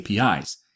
APIs